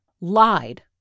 lied